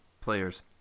players